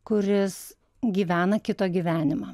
kuris gyvena kito gyvenimą